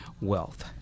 wealth